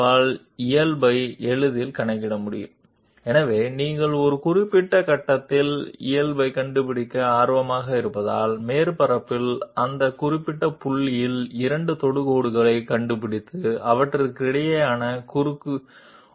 దీనర్థం ఏదైనా రెండు టాంజెంట్ల క్రాస్ ప్రోడక్ట్ ద్వారా నార్మల్ని సులభంగా గణించవచ్చు కాబట్టి మీరు ఒక నిర్దిష్ట పాయింట్లో నార్మల్ ని కనుగొనడానికి ఆసక్తి కలిగి ఉంటే మీరు సర్ఫేస్ పై నిర్దిష్ట బిందువుకు రెండు టాంజెంట్లను కనుగొనవచ్చు మరియు క్రాస్ను కనుగొనవచ్చు